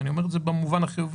ואני אומר את זה במובן החיובי,